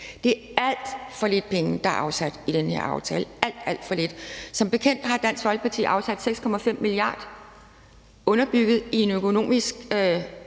Det er alt for lidt penge, der er afsat i den her aftale – alt, alt for lidt. Som bekendt har Dansk Folkeparti afsat 6,5 mia. kr. underbygget i et økonomisk